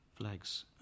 flags